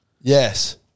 Yes